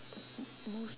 m~ most